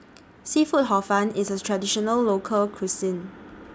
Seafood Hor Fun IS A Traditional Local Cuisine